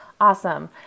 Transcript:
Awesome